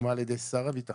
שהוקמה על ידי שר הביטחון,